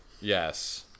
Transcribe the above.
Yes